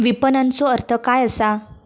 विपणनचो अर्थ काय असा?